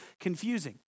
confusing